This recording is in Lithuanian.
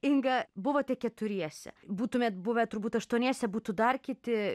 inga buvote keturiese būtumėt buvę turbūt aštuoniese būtų dar kiti